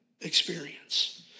experience